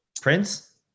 prince